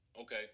Okay